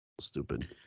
Stupid